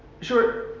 sure